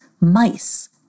mice